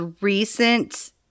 recent